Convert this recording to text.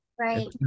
Right